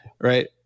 right